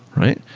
right?